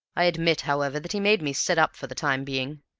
i admit, however, that he made me sit up for the time being.